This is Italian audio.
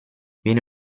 viene